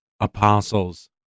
apostles